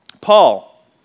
Paul